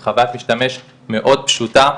עם חווית משתמש מאוד פשוטה,